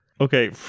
Okay